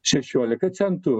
šešiolika centų